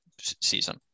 season